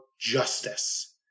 justice